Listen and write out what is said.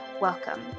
welcome